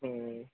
হুম